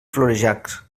florejacs